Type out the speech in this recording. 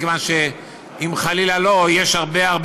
מכיוון שאם חלילה לא,